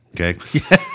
Okay